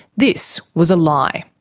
this was a lie.